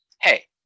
hey